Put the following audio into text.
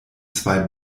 zwei